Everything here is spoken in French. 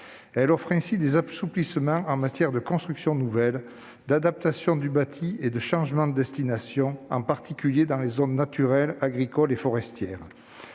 Elle offre ainsi des assouplissements en matière de construction nouvelle, d'adaptation du bâti et de changement de destination, en particulier dans les zones naturelles, agricoles et forestières.